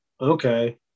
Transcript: Okay